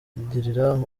kugirira